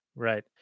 Right